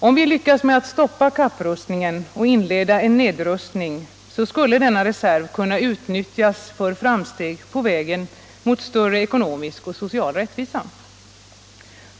Om vi lyckas med att stoppa kapprustningen och inleda en nedrustning, skulle denna reserv kunna utnyttjas för framsteg på vägen mot större ekonomisk och social rättvisa.